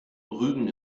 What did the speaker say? rügen